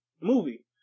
movie